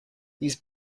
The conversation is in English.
these